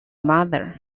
mother